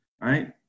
right